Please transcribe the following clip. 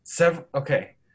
Okay